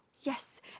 Yes